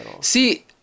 see